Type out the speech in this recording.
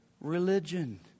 religion